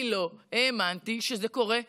אני לא האמנתי שזה קורה כאן,